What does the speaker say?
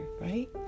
right